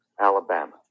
Alabama